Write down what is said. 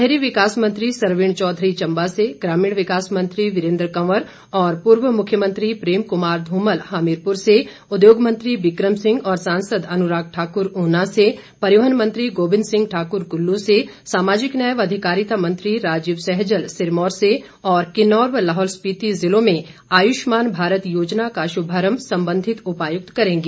शहरी विकास मंत्री सरवीन चौधरी चम्बा से ग्रामीण विकास मंत्री वीरेन्द्र कंवर और पूर्व मुख्यमंत्री प्रेम कुमार धूमल हमीरपुर से उद्योग मंत्री बिक्रम सिंह और सांसद अनुराग ठाकुर ऊना से परिवहन मंत्री गोविन्द सिंह ठाकुर कुल्लू से सामाजिक न्याय व अधिकारिता मंत्री राजीव सैजल सिरमौर से और किन्नौर व लाहौल स्पीति जिलों में आयुष्मान भारत योजना का शुभारम्भ सम्बन्धित उपायुक्त करेंगे